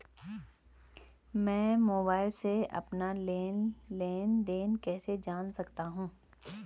मैं मोबाइल से अपना लेन लेन देन कैसे जान सकता हूँ?